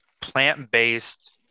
plant-based